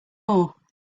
more